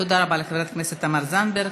תודה רבה לחברת הכנסת תמר זנדברג.